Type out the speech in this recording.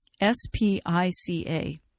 S-P-I-C-A